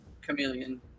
Chameleon